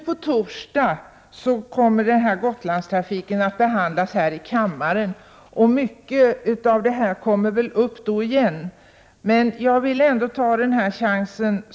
På torsdag kommer frågan om Gotlandstrafiken att behandlas här i kammaren, och mycket av detta kommer kanske upp igen.